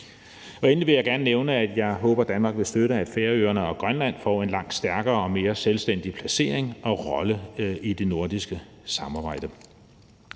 Endelig vil jeg gerne nævne, at jeg håber, at Danmark vil støtte, at Færøerne og Grønland får en langt stærkere og mere selvstændig placering og rolle i det nordiske samarbejde.